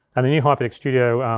and the new hyperdeck studio,